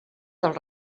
del